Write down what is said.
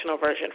version